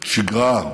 של שגרה,